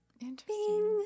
interesting